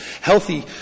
healthy